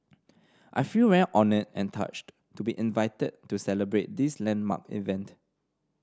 I feel very honoured and touched to be invited to celebrate this landmark event